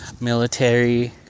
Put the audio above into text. Military